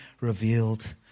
revealed